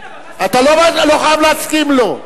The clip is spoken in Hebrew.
כן, אבל, אתה לא חייב להסכים לו.